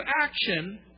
action